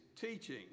teaching